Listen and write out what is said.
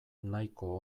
nahiko